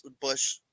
Bush